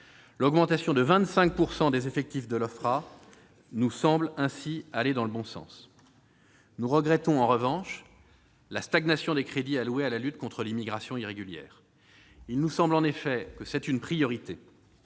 L'augmentation de 25 % des effectifs de l'Ofpra nous semble ainsi aller dans le bon sens. Nous regrettons en revanche la stagnation des crédits alloués à la lutte contre l'immigration irrégulière. Il nous semble en effet que c'est une priorité.